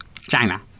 China